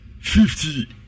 fifty